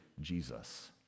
Jesus